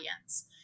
audience